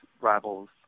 rivals